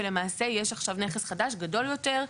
ולמעשה יש נכס עכשיו חדש גדול יותר,